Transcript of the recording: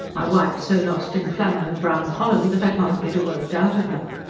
my wife's so lost in flannel and brown holland that i can't get a word out of her.